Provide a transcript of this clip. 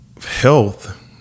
health